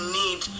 need